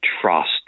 trust